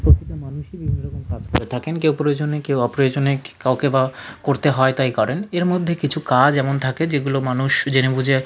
করে থাকেন কেউ প্রয়োজনে কেউ অপ্রয়োজনে কাউকে বা করতে হয় তাই করেন এর মধ্যে কিছু কাজ এমন থাকে যেগুলো মানুষ জেনে বুঝে